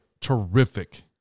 terrific